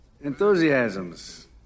enthusiasms